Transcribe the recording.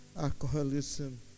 alcoholism